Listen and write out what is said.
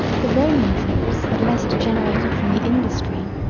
the roman troops had less degenerated from the industry,